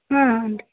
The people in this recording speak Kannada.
ಹ್ಞೂ ರೀ